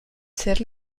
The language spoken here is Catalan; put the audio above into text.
ser